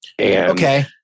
Okay